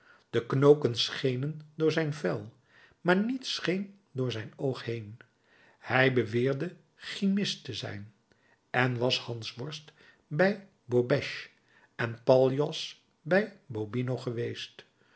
de knoken schenen door zijn vel maar niets scheen door zijn oog heen hij beweerde chimist te zijn en was hansworst bij bobèche en paljas bij bobino geweest